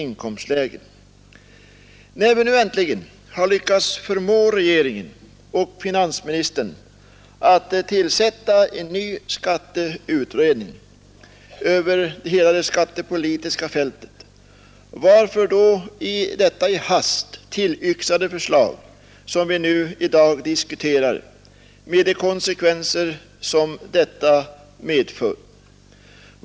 När vi nu äntligen har lyckats förmå regeringen och finansministern att tillsätta en ny skatteutredning över hela det skattepolitiska fältet, varför lägger man då fram detta i hast tillyxade förslag som vi nu diskuterar, med de konsekvenser som det medför?